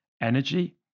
energy